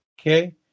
Okay